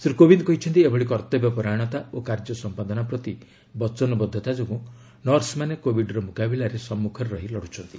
ଶ୍ରୀ କୋବିନ୍ଦ କହିଛନ୍ତି ଏଭଳି କର୍ତ୍ତବ୍ୟ ପରାୟଣତା ଓ କାର୍ଯ୍ୟ ସମ୍ପାଦନ ପ୍ରତି ବଚନବଦ୍ଧତା ଯୋଗୁଁ ନର୍ସମାନେ କୋଭିଡ୍ର ମୁକାବିଲାରେ ସମ୍ମୁଖରେ ରହି ଲଢୁଛନ୍ତି